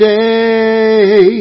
day